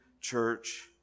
church